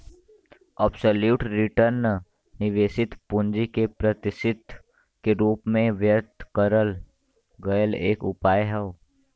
absolute return निवेशित पूंजी के प्रतिशत के रूप में व्यक्त करल गयल एक उपाय हौ